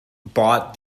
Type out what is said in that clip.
bought